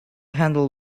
handle